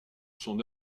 son